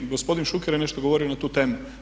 I gospodin Šuker je nešto govorio na tu temu.